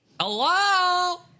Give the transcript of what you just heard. Hello